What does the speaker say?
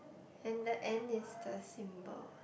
and the end is the symbol